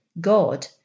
God